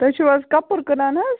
تُہۍ چھِو حَظ کَپُر کٕنان حَظ